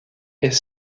est